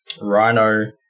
rhino